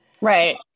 right